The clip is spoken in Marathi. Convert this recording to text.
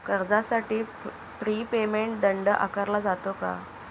कर्जासाठी प्री पेमेंट दंड आकारला जातो का?